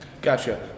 Gotcha